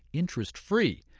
interest free.